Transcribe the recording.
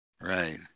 Right